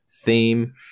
theme